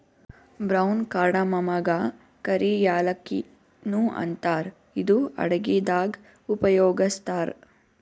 brown ಕಾರ್ಡಮಮಗಾ ಕರಿ ಯಾಲಕ್ಕಿ ನು ಅಂತಾರ್ ಇದು ಅಡಗಿದಾಗ್ ಉಪಯೋಗಸ್ತಾರ್